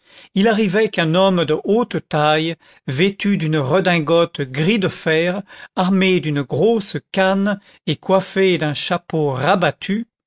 il arrivait qu'un homme de haute taille vêtu d'une redingote gris de fer armé d'une grosse canne et coiffé d'un chapeau rabattu